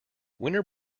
winter